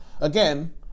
Again